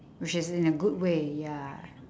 which is in a good way ya